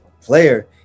player